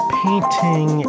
painting